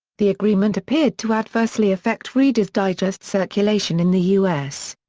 the agreement appeared to adversely affect reader's digest circulation in the u s.